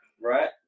Right